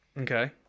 okay